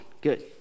Good